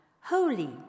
holy